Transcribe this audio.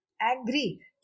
angry